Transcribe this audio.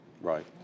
Right